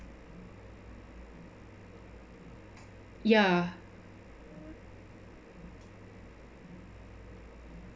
ya